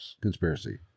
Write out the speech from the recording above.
conspiracy